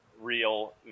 real